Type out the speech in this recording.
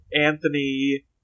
Anthony